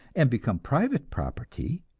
and become private property,